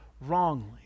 wrongly